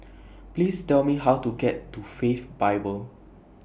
Please Tell Me How to get to Faith Bible